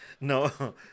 no